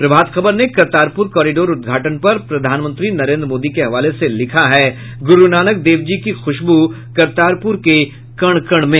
प्रभात खबर ने करतारपुर कॉरिडोर उद्घाटन पर प्रधानमंत्री नरेंद्र मोदी के हवाले से लिखा है गुरू नानक देव जी की ख़्शब्र करतारपुर के कण कण में